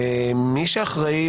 מי שאחראי,